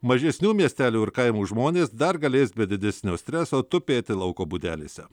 mažesnių miestelių ir kaimų žmonės dar galės be didesnio streso tupėti lauko būdelėse